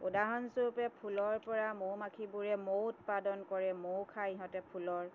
উদাহৰণস্বৰূপে ফুলৰ পৰা মৌমাখিবোৰে মৌ উৎপাদন কৰে মৌ খায় সিহঁতে ফুলৰ